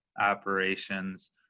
operations